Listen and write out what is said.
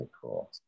cool